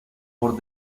por